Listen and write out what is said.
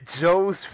Joe's